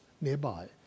nearby